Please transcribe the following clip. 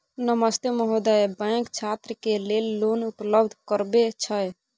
नमस्ते महोदय, बैंक छात्र के लेल लोन उपलब्ध करबे छै?